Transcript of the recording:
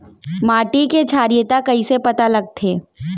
माटी के क्षारीयता कइसे पता लगथे?